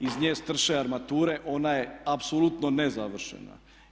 Iz nje strše armature, ona je apsolutno nezavršena.